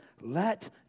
Let